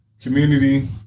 community